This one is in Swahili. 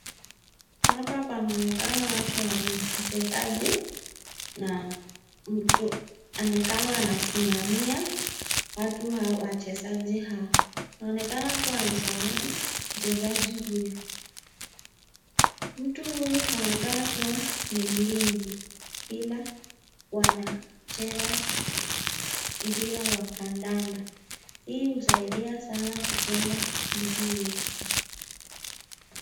Hapa panaonekana watu wawili, mchezaji na mtu ni kama anasimamia watu hawa, wachezaji hawa. Anaonekana kuwa anamzawadi mchezaji huyu. Mtu huyu anaonekana kuwa ni mlinzi ila wanacheza mpira wa kandanda. Hii husaidia sana kujenga nchi yetu.